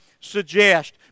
suggest